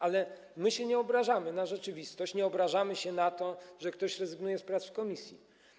Ale my się nie obrażamy na rzeczywistość, nie obrażamy się na to, że ktoś rezygnuje z prac w komisji.